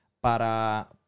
para